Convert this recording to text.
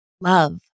love